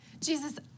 Jesus